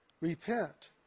Repent